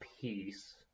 peace